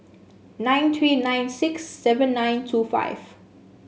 nine three nine six seven nine two five